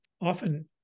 often